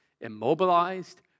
immobilized